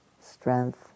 strength